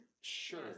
Sure